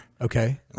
Okay